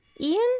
ian